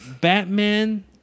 Batman